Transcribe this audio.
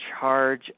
charge